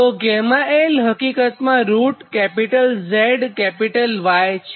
તો 𝛾l હકીકતમાં ZY છે